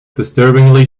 disturbingly